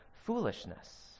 foolishness